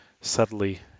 subtly